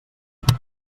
put